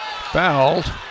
fouled